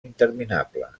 interminable